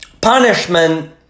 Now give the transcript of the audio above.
punishment